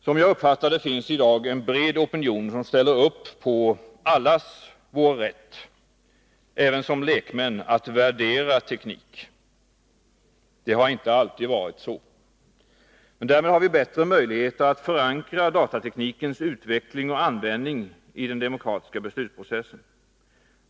Som jag uppfattar det finns det i dag en bred opinion som ställer upp på allas vår rätt, även som lekmän, att värdera teknik. Det har inte alltid varit så. Därför har vi bättre möjligheter att förankra datateknikens utveckling och användning i den demokratiska beslutsprocessen.